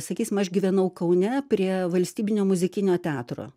sakysim aš gyvenau kaune prie valstybinio muzikinio teatro